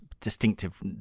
distinctive